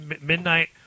midnight